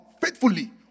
faithfully